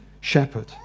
shepherd